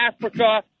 Africa